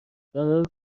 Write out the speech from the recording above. فرار